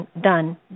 done